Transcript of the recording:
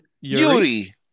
Yuri